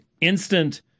Instant